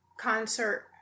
concert